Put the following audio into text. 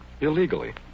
Illegally